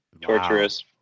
torturous